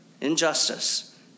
injustice